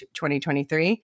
2023